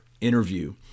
interview